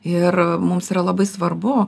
ir mums yra labai svarbu